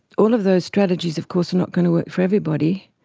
all of those strategies of course are not going to work for everybody,